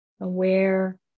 aware